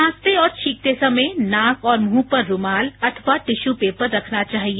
खांसते और छींकते समय नाक और मुंह पर रूमाल अथवा टिश्यू पेपर रखना चाहिए